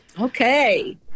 Okay